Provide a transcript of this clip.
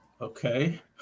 Okay